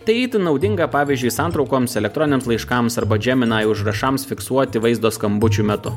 tai itin naudinga pavyzdžiui santraukoms elektroniniams laiškams arba džeminai užrašams fiksuoti vaizdo skambučių metu